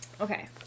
Okay